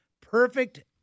perfect